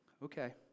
Okay